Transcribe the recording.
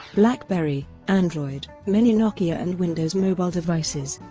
blackberry, android, many nokia and windows mobile devices.